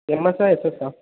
எம்எஸ்ஸா எஸ்எஸ்ஸா